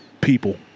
People